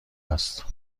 است